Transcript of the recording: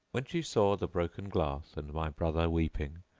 when she saw the broken glass and my brother weeping,